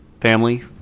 family